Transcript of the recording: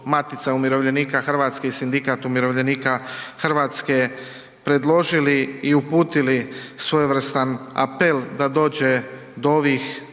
Matica umirovljenika Hrvatske i Sindikat umirovljenika Hrvatske predložili i uputili svojevrstan apel da dođe do ovih